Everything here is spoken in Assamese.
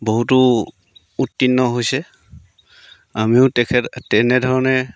বহুতো উত্তীৰ্ণ হৈছে আমিও তেখেত তেনেধৰণে